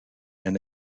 and